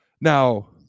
Now